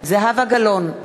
זהבה גלאון,